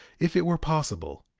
if it were possible,